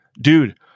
dude